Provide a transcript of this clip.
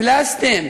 פְּלַסְטִין,